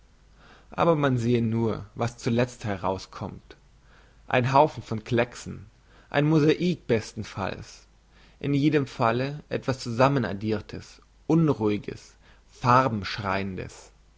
aber man sehe nur was zuletzt herauskommt ein haufen von klecksen ein mosaik besten falls in jedem falle etwas zusammen addirtes unruhiges